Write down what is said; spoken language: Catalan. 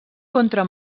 contra